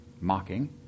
mocking